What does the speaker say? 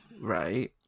right